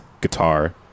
guitar